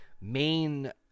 main